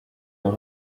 know